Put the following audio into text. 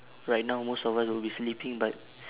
right now most of us will be sleeping but